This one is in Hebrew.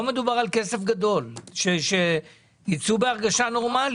לא מדובר על כסף גדול, שיצאו בהרגשה נורמלית.